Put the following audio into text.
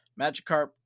Magikarp